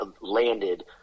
landed